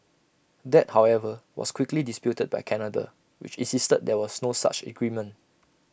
that however was quickly disputed by Canada which insisted that there was no such agreement